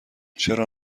چرا